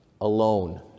alone